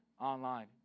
online